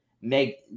make